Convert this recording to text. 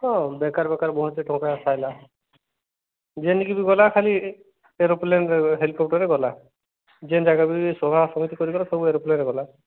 ହଁ ବୋକାର୍ ବେକାର୍ ଭୁବନେଶ୍ୱର ଟଙ୍କା ସାରିଲା ଯିନ୍ କି ଗଲା ଖାଲି ଏରୋପ୍ଲେନ୍ ହେଲିକପ୍ଟରରେ ଗଲା ଯିନ୍ ଜାଗାକୁ ସଭା ସମିତି କରି ଗଲା ସବୁ ଏରୋପ୍ଲେନ୍ରେ ଗଲା